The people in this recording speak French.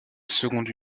seconde